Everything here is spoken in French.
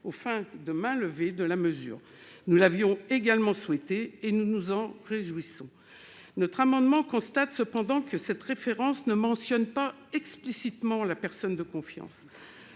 aux fins de mainlevée de la mesure ». Nous l'avions souhaité nous aussi ; nous nous en réjouissons. Nous constatons cependant que cette référence ne mentionne pas explicitement la personne de confiance